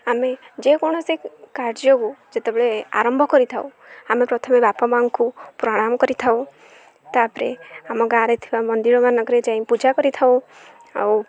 ଆମେ ଯେକୌଣସି କାର୍ଯ୍ୟକୁ ଯେତେବେଳେ ଆରମ୍ଭ କରିଥାଉ ଆମେ ପ୍ରଥମେ ବାପା ମାଙ୍କୁ ପ୍ରଣାମ କରିଥାଉ ତାପରେ ଆମ ଗାଁରେ ଥିବା ମନ୍ଦିରମାନଙ୍କରେ ଯାଇ ପୂଜା କରିଥାଉ ଆଉ